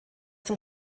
zum